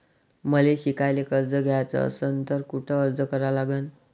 मले शिकायले कर्ज घ्याच असन तर कुठ अर्ज करा लागन?